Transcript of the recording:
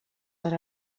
per